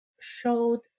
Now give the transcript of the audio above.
showed